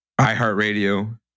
iHeartRadio